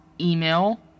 email